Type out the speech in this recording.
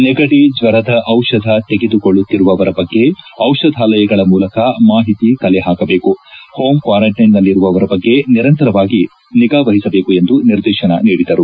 ನೆಗಡಿ ಜ್ವರದ ಔಷಧ ತೆಗೆದುಕೊಳ್ಳುತ್ತಿರುವವರ ಬಗ್ಗೆ ಔಷಧಾಲಯಗಳ ಮೂಲಕ ಮಾಹಿತಿ ಕಲೆಹಾಕಬೇಕು ಹೋಮ್ ಕ್ವಾರಂಟೈನ್ನಲ್ಲಿರುವವರ ಬಗ್ಗೆ ನಿರಂತರವಾಗಿ ನಿಗಾ ವಹಿಸಬೇಕೆಂದು ನಿರ್ದೇಶನ ನೀಡಿದರು